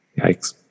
Yikes